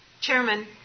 chairman